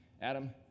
Adam